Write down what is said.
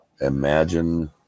imagine